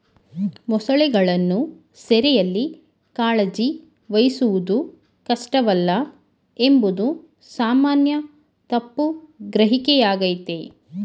ಮೊಸಳೆಗಳನ್ನು ಸೆರೆಯಲ್ಲಿ ಕಾಳಜಿ ವಹಿಸುವುದು ಕಷ್ಟವಲ್ಲ ಎಂಬುದು ಸಾಮಾನ್ಯ ತಪ್ಪು ಗ್ರಹಿಕೆಯಾಗಯ್ತೆ